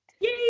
Yay